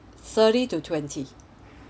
thirty to twenty